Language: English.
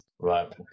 Right